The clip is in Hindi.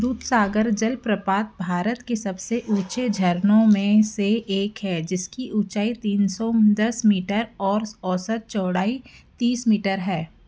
दूधसागर जलप्रपात भारत के सबसे ऊँचे झरनों में से एक है जिसकी ऊँचाई तीन सौ दस मीटर और औसत चौड़ाई तीस मीटर है